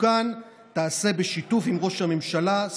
המחוקקת והמפקחת על הממשלה.